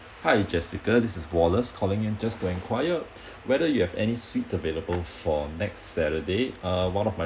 hi jessica this is wallace calling in just to enquire whether you have any suites available for next saturday uh one of my